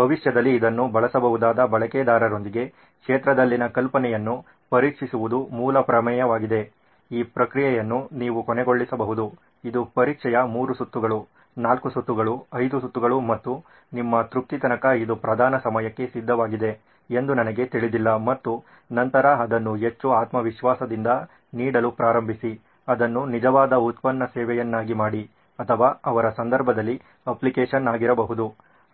ಭವಿಷ್ಯದಲ್ಲಿ ಇದನ್ನು ಬಳಸಬಹುದಾದ ಬಳಕೆದಾರರೊಂದಿಗೆ ಕ್ಷೇತ್ರದಲ್ಲಿನ ಕಲ್ಪನೆಯನ್ನು ಪರೀಕ್ಷಿಸುವುದು ಮೂಲ ಪ್ರಮೇಯವಾಗಿದೆ ಈ ಪ್ರಕ್ರಿಯೆಯನ್ನು ನೀವು ಕೊನೆಗೊಳಿಸಬಹುದು ಇದು ಪರೀಕ್ಷೆಯ ಮೂರು ಸುತ್ತುಗಳು ನಾಲ್ಕು ಸುತ್ತುಗಳು ಐದು ಸುತ್ತುಗಳು ಮತ್ತು ನಿಮ್ಮ ತೃಪ್ತಿ ತನಕ ಅದು ಪ್ರಧಾನ ಸಮಯಕ್ಕೆ ಸಿದ್ಧವಾಗಿದೆ ಎಂದು ನನಗೆ ತಿಳಿದಿಲ್ಲ ಮತ್ತು ನಂತರ ಅದನ್ನು ಹೆಚ್ಚು ಆತ್ಮವಿಶ್ವಾಸದಿಂದ ನೀಡಲು ಪ್ರಾರಂಭಿಸಿ ಅದನ್ನು ನಿಜವಾದ ಉತ್ಪನ್ನ ಸೇವೆಯನ್ನಾಗಿ ಮಾಡಿ ಅಥವಾ ಅವರ ಸಂದರ್ಭದಲ್ಲಿ ಅಪ್ಲಿಕೇಶನ್ ಆಗಿರಬಹುದು